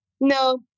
No